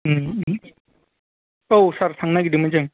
औ सार थांनो नागिरदोंमोन जों